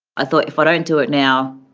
i thought, if i don't do it now,